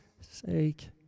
sake